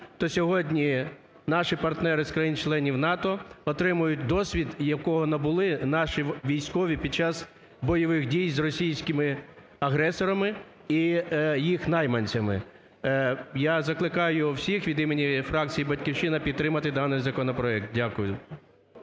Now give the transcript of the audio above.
то сьогодні наші партнери з країн-членів НАТО отримують досвід, якого набули наші військові під час бойових дій з російськими агресорами і їх найманцями. Я закликаю всіх від імені фракції "Батьківщина" підтримати даний законопроект. Дякую.